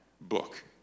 book